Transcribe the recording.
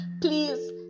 Please